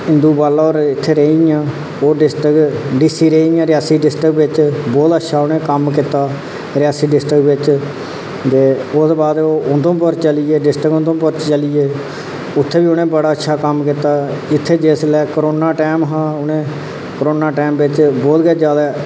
इंदु बाला होर इत्थै रेहियां डिस्ट्रिक्ट डीसी रेहियां रियासी डिस्ट्रिक्ट बिच बहुत अच्छा उ'नें कम्म कीता रियासी डिस्ट्रिक्ट बिच ते ओह्दे बाद ओह् उधमपुर चली गे डिस्ट्रिक्ट उधमपुर चली गे उत्थै बी उटनें बड़ा अच्छा कम्म कीता इत्थै जिसलै कोरोना टैम था उटनें कोरोना टैम बिच बहुत गै जादै